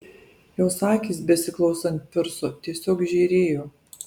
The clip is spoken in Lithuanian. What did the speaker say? jos akys besiklausant pirso tiesiog žėrėjo